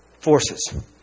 forces